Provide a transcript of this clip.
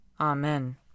Amen